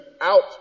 out